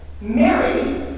Mary